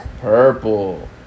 Purple